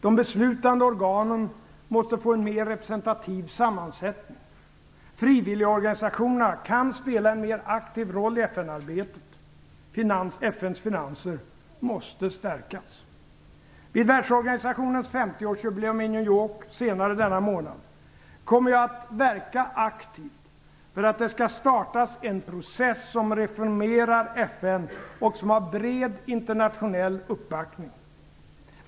De beslutande organen måste få en mer representativ sammansättning. Frivilligorganisationerna kan spela en mer aktiv roll i FN-arbetet. FN:s finanser måste stärkas. York senare denna månad kommer jag att verka aktivt för att det skall startas en process som reformerar FN och som har bred internationell uppbackning.